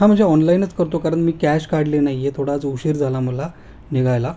हा मजे ऑनलाईनच करतो कारण मी कॅश काढली नाही आहे थोडा आज उशीर झाला मला निघायला